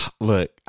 Look